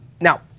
Now